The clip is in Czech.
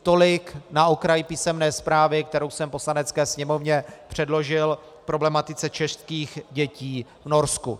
Tolik na okraj písemné zprávy, kterou jsem Poslanecké sněmovně předložil k problematice českých dětí v Norsku.